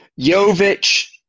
Jovic